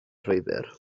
llwybr